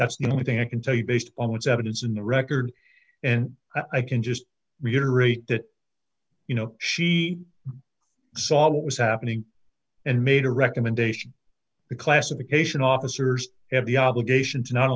that's the only thing i can tell you based on what's evidence in the record and i can just reiterate that you know she saw what was happening and made a recommendation the classification officers have the obligation to not